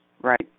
right